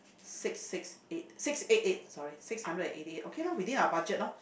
six six eight six eight eight sorry six hundred and eighty eight okay lo within out budget loh